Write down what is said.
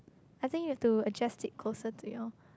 I think you have to adjust it closer to your